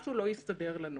מה שהתייחסת אליו